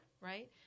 right